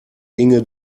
inge